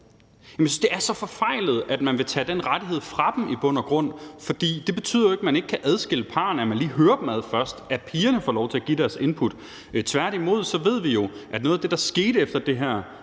det er så forfejlet, at man i bund og grund vil tage den rettighed fra dem, for det betyder jo ikke, at man ikke kan adskille parrene, at man lige først hører dem ad, at pigerne får lov til at give deres input. Tværtimod ved vi jo, at noget af det, der skete efter det her